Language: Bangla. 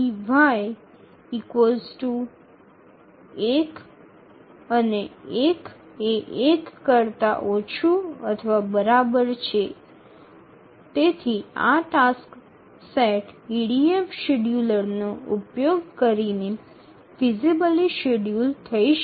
∑ ey ১ and ১ ≤ ১ এবং তাই এই টাস্ক সেটটি EDF শিডিয়ুলার ব্যবহার করে যা যথাযথভাবে সময়সূচীযোগ্য